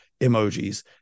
emojis